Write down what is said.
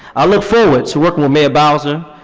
i look forward to working with mayor bowser,